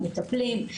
המטפלים.